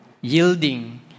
yielding